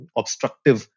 obstructive